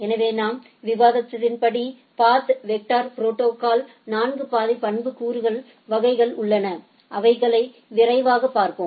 எனவே நாம் விவாதித்தபடி பாத் வெக்டர் ப்ரோடோகால்களின் நான்கு பாதை பண்புக்கூறு வகைகள் உள்ளன அவைகளை விரைவாக பார்ப்போம்